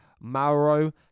Mauro